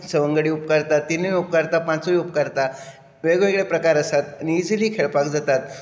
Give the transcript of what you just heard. सवंगडी उपकारता तिनूय उपकारता पांचूय उपकारता वेगवेगळे प्रकार आसात आनी इजिली खेळपाक जातात